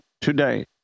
today